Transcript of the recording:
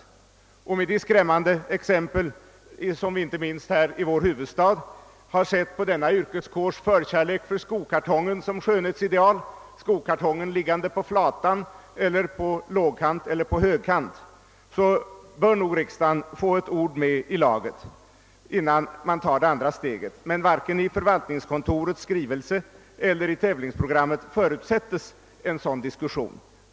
Med tanke på de skrämmande exempel som vi inte minst här i vår huvudstad har sett på denna yrkeskårs förkärlek för skokartongen som skönhetsideal — liggande på flatsidan eller stående på lågkant eller högkant — bör nog riksdagen få ett ord med i laget innan det andra steget tas. Varken i förvaltningskontorets skrivelse eller i tävlingsprogrammet förutsätts emellertid en sådan diskussion.